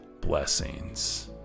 blessings